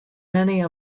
many